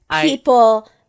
people